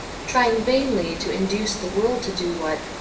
trying vainly to induce the world to do what,